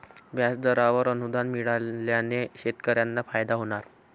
व्याजदरावर अनुदान मिळाल्याने शेतकऱ्यांना फायदा होणार